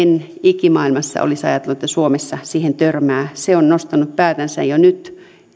en ikimaailmassa olisi ajatellut että suomessa siihen törmää se on nostanut päätänsä jo nyt